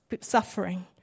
suffering